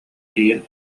тиийэн